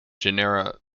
genera